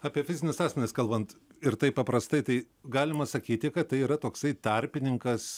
apie fizinius asmenis kalbant ir taip paprastai tai galima sakyti kad tai yra toksai tarpininkas